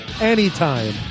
Anytime